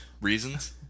reasons